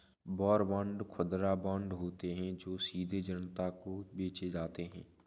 war bond खुदरा bond होते हैं जो सीधे जनता को बेचे जाते हैं